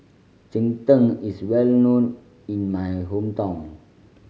cheng tng is well known in my hometown